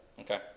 Okay